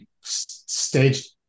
stage